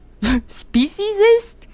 Speciesist